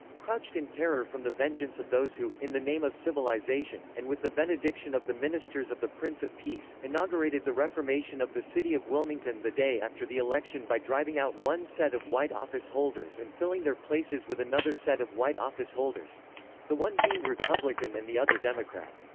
crouched in terror from the vengeance of those who, in the name of civilization, and with the benediction of the ministers of the prince of peace, inaugurated the reformation of the city of wilmington the day after the election by driving out one set of white office holders and filling their places with another set of white office holders the one being republican and the other democrat.